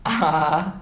(uh huh)